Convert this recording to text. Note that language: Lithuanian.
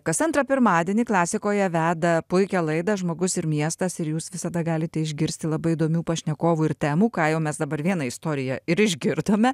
kas antrą pirmadienį klasikoje veda puikią laidą žmogus ir miestas ir jūs visada galite išgirsti labai įdomių pašnekovų ir temų ką jau mes dabar vieną istoriją ir išgirdome